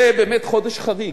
זה באמת חודש חריג.